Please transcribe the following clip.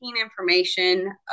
information